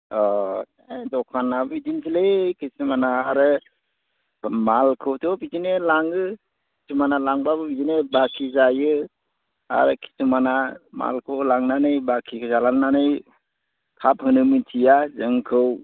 अ ए दखाना बिदिनोसोलै किसुमाना आरो मालखौथ' बिदिनो लाङो किसुमाना लांब्लाबो बिदिनो बाकि जायो आरो किसुमाना मालखौ लांनानै बाकि खालामनानै थाब होनो मिथिया जोंखौ